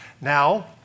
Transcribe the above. Now